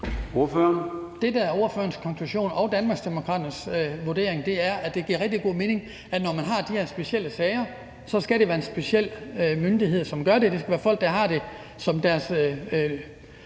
Det, der er ordførerens konklusion og Danmarksdemokraternes vurdering, er, at det giver rigtig god mening, når man har de her specielle sager, at det skal være en speciel myndighed, som håndterer det. Det skal være folk, der har det som deres